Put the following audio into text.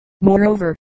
moreover